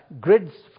grids